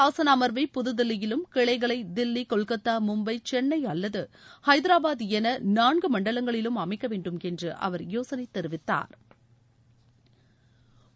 சாசனஅமர்வை புதுதில்லியிலும் கிளைகளைதில்லி கொல்கத்தா அரசியல் மும்பை சென்னைஅல்லதுஹைதரபாத் எனநான்குமண்டலங்களிலும் அமைக்கவேண்டும் என்றுஅவர் யோசனைதெரிவித்தாா்